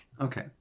Okay